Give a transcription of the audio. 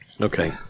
Okay